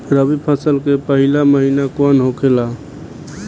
रबी फसल के पहिला महिना कौन होखे ला?